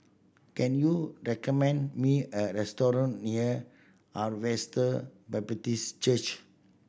can you recommend me a restaurant near Harvester Baptist Church